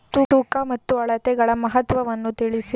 ತೂಕ ಮತ್ತು ಅಳತೆಗಳ ಮಹತ್ವವನ್ನು ತಿಳಿಸಿ?